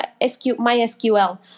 MySQL